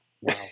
wow